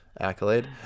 accolade